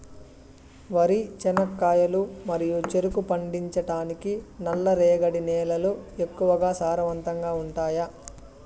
వరి, చెనక్కాయలు మరియు చెరుకు పండించటానికి నల్లరేగడి నేలలు ఎక్కువగా సారవంతంగా ఉంటాయా?